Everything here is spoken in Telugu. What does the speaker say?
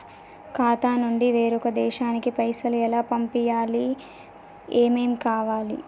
ఖాతా నుంచి వేరొక దేశానికి పైసలు ఎలా పంపియ్యాలి? ఏమేం కావాలి?